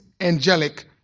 angelic